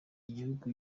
igihugu